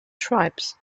tribes